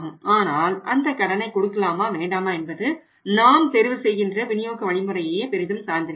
ஆனால் அந்த கடனை கொடுக்கலாமா வேண்டாமா என்பது நாம் தெரிவு செய்கின்ற விநியோக வழிமுறையையே பெரிதும் சார்ந்திருக்கிறது